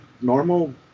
normal